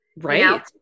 Right